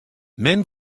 men